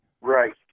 Right